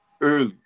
early